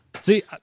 See